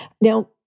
Now